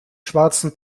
schwarzen